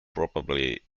probably